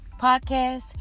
podcast